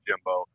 Jimbo